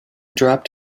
dropped